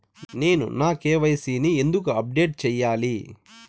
నేను నా కె.వై.సి ని ఎందుకు అప్డేట్ చెయ్యాలి?